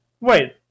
wait